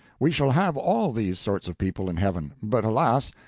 we shall have all these sorts of people in heaven but, alas!